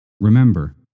Remember